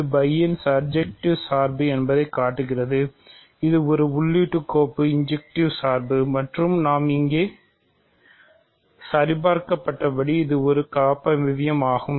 இது φ ஒரு சர்ஜெக்டிவ் சார்பு மற்றும் நாம் இங்கே சரிபார்க்கப்பட்டபடி இது ஒரு காப்பமைவியம் ஆகும்